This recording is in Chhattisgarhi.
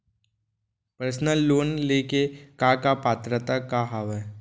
पर्सनल लोन ले के का का पात्रता का हवय?